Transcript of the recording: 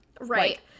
Right